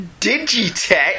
Digitech